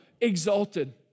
exalted